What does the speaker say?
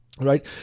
right